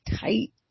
tight